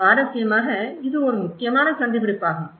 சுவாரஸ்யமாக இது ஒரு முக்கியமான கண்டுபிடிப்பாகும்